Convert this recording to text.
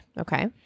Okay